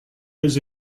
has